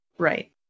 right